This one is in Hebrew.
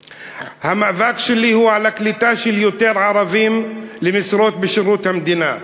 המאבק שלי הוא על קליטת יותר ערבים למשרות בשירות המדינה,